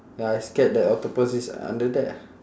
ya I scared that octopus is under there